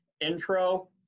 intro